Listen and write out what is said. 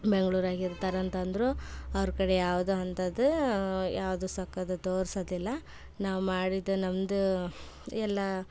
ಬೆಂಗ್ಳೂರಾಗೆ ಇರ್ತಾರೆ ಅಂತಂದರು ಅವ್ರ ಕಡೆ ಯಾವುದು ಅಂಥದ್ದು ಯಾವುದು ಸೊಕ್ಕದು ತೋರ್ಸೋದಿಲ್ಲ ನಾವು ಮಾಡಿದ್ದು ನಮ್ಮದು ಎಲ್ಲ